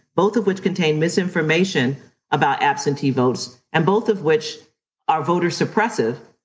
both of which contain misinformation about absentee votes and both of which are voter suppressive.